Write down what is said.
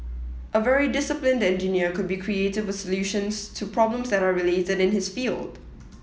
a very disciplined engineer could be creative with solutions to problems that are related to his field